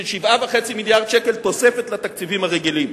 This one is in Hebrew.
של 7.5 מיליארד שקל תוספת לתקציבים הרגילים.